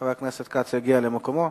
שחבר הכנסת כץ יגיע למקומו.